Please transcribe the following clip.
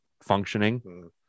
functioning